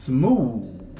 Smooth